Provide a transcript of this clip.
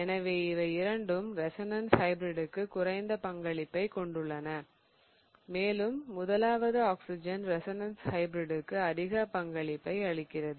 எனவே இவை இரண்டும் ரெசோனன்ஸ் ஹைபிரிடிற்கு குறைந்த பங்களிப்பைக் கொண்டுள்ளன மேலும் முதலாவது ஆக்சிஜன் ரெசோனன்ஸ் ஹைபிரிடிற்கு அதிக பங்களிப்பை அளிக்கிறது